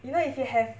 you know if you have